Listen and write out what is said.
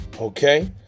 Okay